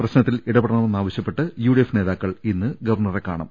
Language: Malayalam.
പ്രശ്നത്തിൽ ഇടപെടണമെന്നാവശ്യപ്പെട്ട് യുഡിഎഫ് നേതാക്കൾ ഇന്ന് ഗവർണറെ കാണും